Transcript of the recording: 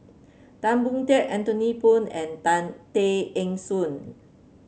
Tan Boon Teik Anthony Poon and Tan Tay Eng Soon